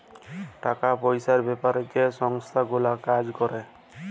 টাকা পয়সার বেপারে যে সংস্থা গুলা কাজ ক্যরে